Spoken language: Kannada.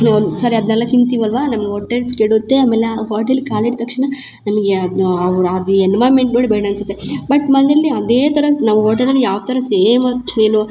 ಸರಿ ಅದನ್ನೆಲ್ಲ ತಿಂತಿವಿ ಅಲ್ಲವಾ ನಮ್ಗ ಹೊಟ್ಟೆ ಕೆಡುತ್ತೆ ಆಮೇಲೆ ಆ ಓಟೆಲ್ಗ ಕಾಲಿಟ್ಟ ತಕ್ಷಣ ನಮಗೆ ಅದನ್ನ ಅವ್ರ ಅದು ಎನ್ವರ್ನ್ಮೆಂಟ್ ನೋಡಿ ಬೇಡ ಅನ್ಸುತ್ತೆ ಬಟ್ ಮನೆಯಲ್ಲಿ ಅದೇ ಥರ ನಾವು ಹೋಟಲಲ್ಲಿ ಯಾವ ಥರ ಸೇಮ್ ಏನು